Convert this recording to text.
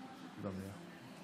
תודה לך.